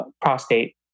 prostate